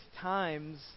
times